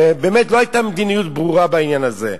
ובאמת לא היתה מדיניות ברורה בעניין הזה,